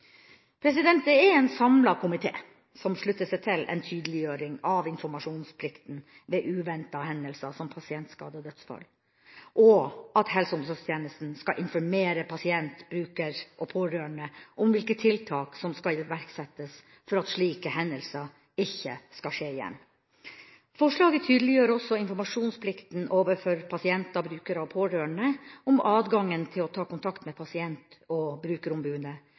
Det er en samlet komité som slutter seg til en tydeliggjøring av informasjonsplikten ved uventede hendelser som pasientskade/dødsfall, og at helse- og omsorgstjenesten skal informere pasient, bruker og pårørende om hvilke tiltak som skal iverksettes for at slike hendelser ikke skal skje igjen. Forslaget tydeliggjør også informasjonsplikten overfor pasienter, brukere og pårørende når det gjelder adgangen til å ta kontakt med Pasient- og brukerombudet